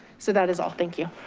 so that is all, thank you.